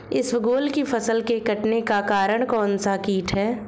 इसबगोल की फसल के कटने का कारण कौनसा कीट है?